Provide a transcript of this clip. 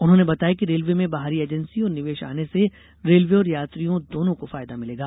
उन्होंने बताया कि रेलवे में बाहरी एजेंसी और निवेष आने से रेलवे और यात्रियों दोनों को फायदा मिलेगा